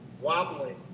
wobbling